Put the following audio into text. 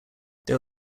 there